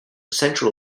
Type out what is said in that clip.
central